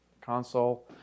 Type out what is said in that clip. console